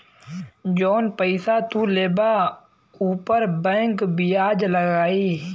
जौन पइसा तू लेबा ऊपर बैंक बियाज लगाई